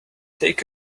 take